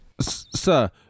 Sir